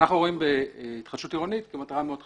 ואנחנו רואים בהתחדשות עירונית כמטרה מאוד חשובה.